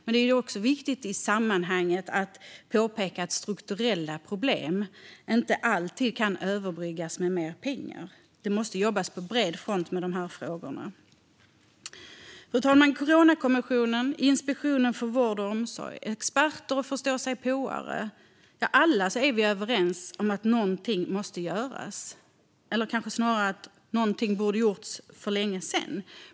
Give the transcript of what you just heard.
Men det är också viktigt att påpeka i sammanhanget att strukturella problem inte alltid kan överbryggas med mer pengar. Det måste jobbas på bred front med dessa frågor. Fru talman! Coronakommissionen, Inspektionen för vård och omsorg, experter och förståsigpåare - alla är vi överens om att någonting måste göras eller kanske snarare att något borde ha gjorts för länge sedan.